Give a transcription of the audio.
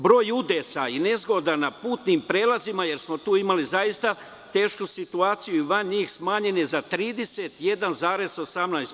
Broj udesa i nezgoda na putnim prelazima, jer smo tu imali zaista tešku situaciju i van njih, smanjen je za 31,18%